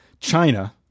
China